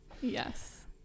yes